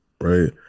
right